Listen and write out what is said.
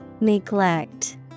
Neglect